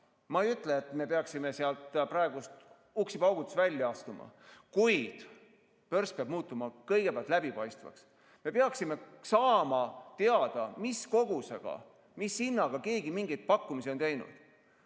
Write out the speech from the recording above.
Ma ei ütle, et me peaksime sealt praegu uksi paugutades välja astuma, kuid börs peab muutuma kõigepealt läbipaistvaks. Me peaksime saama teada, mis kogusega ja mis hinnaga keegi mingeid pakkumisi on teinud.